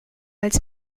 als